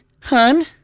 Hun